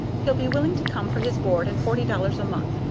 he'll be willing to come for his board and forty dollars a month,